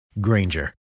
Granger